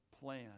plan